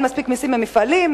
אין מספיק מסים מפעלים,